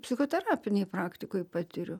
psichoterapinėj praktikoj patiriu